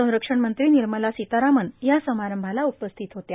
संरक्षण मंत्री र्निमला सीतारमण या समारंभाला उपस्थित होत्या